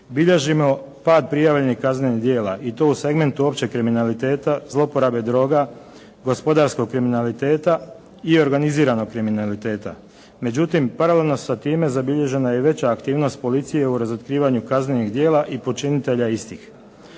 bilježimo pad prijavljenih kaznenih djela i to u segmentu općeg kriminaliteta, zloporabe droga, gospodarskog kriminaliteta i organiziranog kriminaliteta. Međutim paralelno sa time zabilježena je i veća aktivnost policije u razotkrivanju kaznenih djela i počinitelja istih.